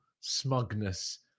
smugness